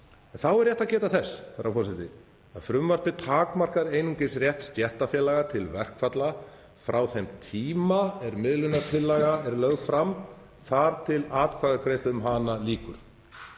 Þá er rétt að geta þess, herra forseti, að frumvarpið takmarkar einungis rétt stéttarfélaga til verkfalla frá þeim tíma er miðlunartillaga er lögð fram þar til atkvæðagreiðslu um hana lýkur.